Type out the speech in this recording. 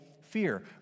fear